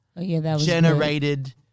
generated